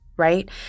Right